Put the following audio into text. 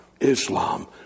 Islam